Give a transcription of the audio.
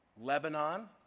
Lebanon